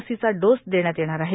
लसीचा डोस देण्यात येणार आहे